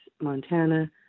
Montana